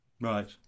right